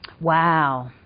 Wow